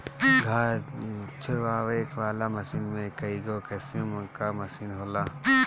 घास झुरवावे वाला मशीन में कईगो किसिम कअ मशीन होला